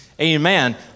amen